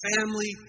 family